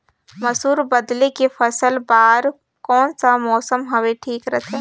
मसुर बदले के फसल बार कोन सा मौसम हवे ठीक रथे?